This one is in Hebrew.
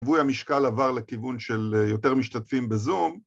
שיווי המשקל עבר לכיוון של יותר משתתפים בזום.